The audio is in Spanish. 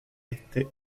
este